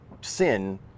sin